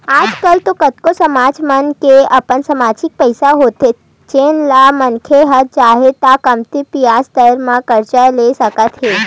आज कल तो कतको समाज मन के अपन समाजिक पइसा होथे जेन ल मनखे ह चाहय त कमती बियाज दर म करजा ले सकत हे